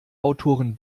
autoren